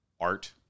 art